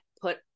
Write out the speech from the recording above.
put